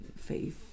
faith